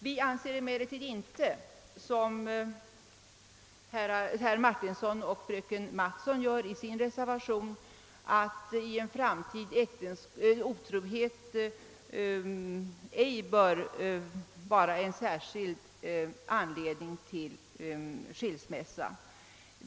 Vi anser emellertid inte — som fröken Mattson och herr Martinsson gör i sin reservation — att i en framtid otrohet ej bör vara särskild anledning till skilsmässa.